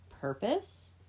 purpose